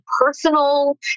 personal